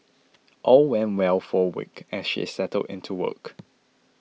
all went well for a week as she settled into work